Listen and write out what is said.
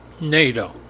NATO